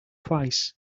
twice